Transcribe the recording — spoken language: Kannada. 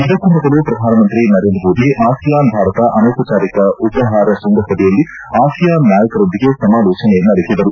ಇದಕ್ಕೂ ಮೊದಲು ಪ್ರಧಾನಮಂತ್ರಿ ನರೇಂದ್ರ ಮೋದಿ ಆಸಿಯಾನ್ ಭಾರತ ಅನೌಪಚಾರಿಕ ಉಪಹಾರ ಶೃಂಗಸಭೆಯಲ್ಲಿ ಆಸಿಯಾನ್ ನಾಯಕರೊಂದಿಗೆ ಸಮಾಲೋಚನೆ ನಡೆಸಿದರು